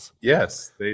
Yes